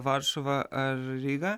varšuvą ar rygą